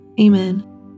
Amen